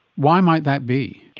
why might that be?